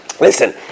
listen